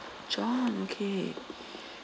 john okay